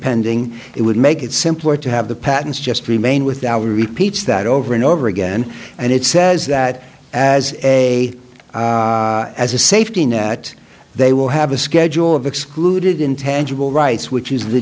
pending it would make it simpler to have the patents just remain with our repeats that over and over again and it says that as a as a safety net they will have a schedule of excluded intangible rights which is the